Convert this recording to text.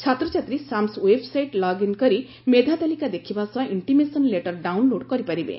ଛାତ୍ରଛାତ୍ରୀ SAMS website log in କରି ମେଧା ତାଲିକା ଦେଖିବା ସହ ଇଣ୍ଟିମେସନ ଲେଟର ଡାଉନ୍ଲୋଡ କରିପାରିବେ